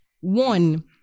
one